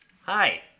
Hi